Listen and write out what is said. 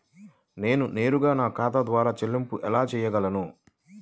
నేను నేరుగా నా ఖాతా ద్వారా చెల్లింపులు ఎలా చేయగలను?